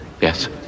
Yes